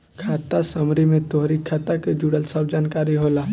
खाता समरी में तोहरी खाता के जुड़ल सब जानकारी होला